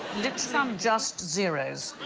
let's sum just zeros